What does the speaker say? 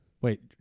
Wait